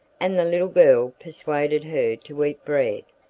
and the little girl persuaded her to eat bread,